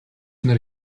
нар